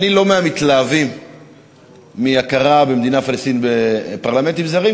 אני לא מהמתלהבים מהכרה במדינה פלסטינית בפרלמנטים זרים,